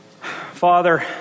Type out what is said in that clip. Father